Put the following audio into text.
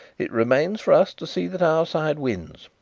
it remains for us to see that our side wins.